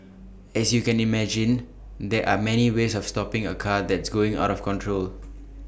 as you can imagine there are many ways of stopping A car that's going out of control